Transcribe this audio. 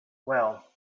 well